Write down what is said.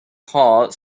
heart